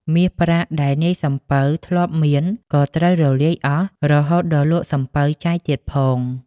មាសប្រាក់ដែលនាយសំពៅធ្លាប់មានក៏ត្រូវរលាយអស់ រហូតដល់លក់សំពៅចាយទៀតផង។